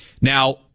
Now